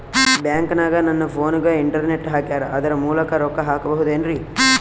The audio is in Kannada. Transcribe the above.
ಬ್ಯಾಂಕನಗ ನನ್ನ ಫೋನಗೆ ಇಂಟರ್ನೆಟ್ ಹಾಕ್ಯಾರ ಅದರ ಮೂಲಕ ರೊಕ್ಕ ಹಾಕಬಹುದೇನ್ರಿ?